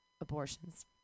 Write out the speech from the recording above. abortions